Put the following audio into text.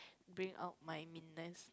bring out my meanness